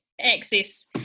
Access